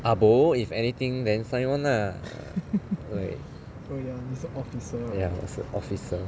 arbo if anything then sign on lah right ya 我是 officer